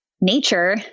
nature